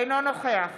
אינו נוכח